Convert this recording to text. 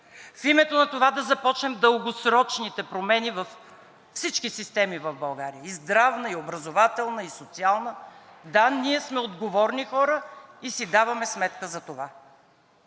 в името на това да започнем дългосрочните промени във всички системи в България – и здравна, и образователна, и социална. Да, ние сме отговорни хора и си даваме сметка за това.